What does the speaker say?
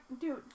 dude